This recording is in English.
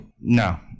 No